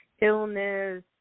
illness